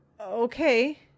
Okay